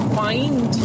find